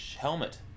helmet